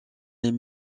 est